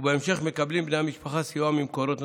ובהמשך מקבלים בני המשפחה סיוע ממקורות נוספים.